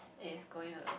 is going to